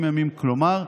ביישוב אביתר, עיסאווי.